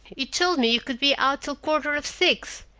you told me you could be out till quarter of six.